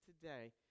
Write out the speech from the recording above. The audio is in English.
today